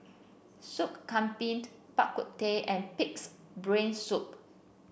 Sop Kambing Bak Kut Teh and pig's brain soup